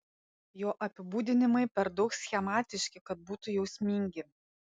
jo apibūdinimai per daug schematiški kad būtų jausmingi